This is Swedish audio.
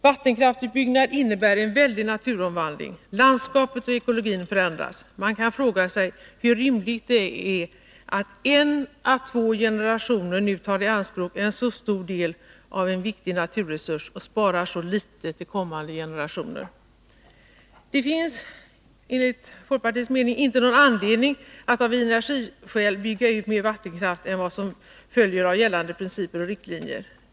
Vattenkraftsutbyggnad innebär en väldig naturomvandling. Landskapet och ekologin förändras. Man kan fråga sig, hur rimligt det är att en å två generationer nu tar i anspråk en så stor del av en viktig naturresurs och sparar så litet till kommande generationer. Det finns, ' enligt folkpartiets mening, inte någon anledning att av energiskäl bygga ut mer vattenkraft än vad som följer av gällande principer och riktlinjer.